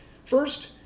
first